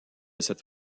cette